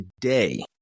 today